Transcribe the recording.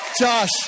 Josh